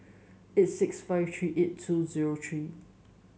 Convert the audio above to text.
eight six five three eight two zero three